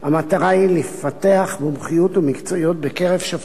המטרה היא לפתח מומחיות ומקצועיות בקרב שופטי